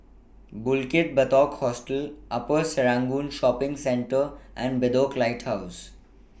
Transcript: Bukit Batok Hostel Upper Serangoon Shopping Centre and Bedok Lighthouse